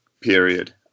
period